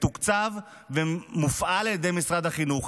מתוקצב ומופעל על ידי משרד החינוך.